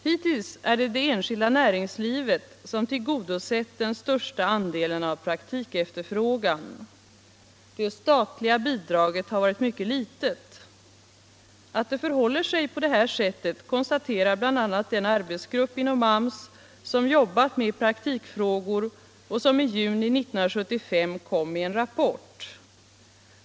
Hittills är det det enskilda näringslivet som tillgodosett den största andelen av praktikefterfrågan. Det statliga bidraget har varit mycket litet. Att det förhåller sig på det här sättet konstaterar bl.a. den arbetsgrupp inom AMS som jobbat med praktikfrågor och som i juni 1975 kom med en rapport.